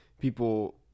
people